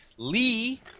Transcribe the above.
Lee